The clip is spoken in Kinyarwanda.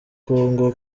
congo